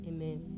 Amen